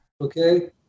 Okay